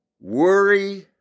Worry